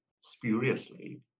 spuriously